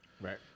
Right